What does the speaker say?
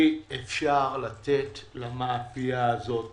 אי אפשר לתת למאפייה הזאת